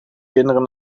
kinderen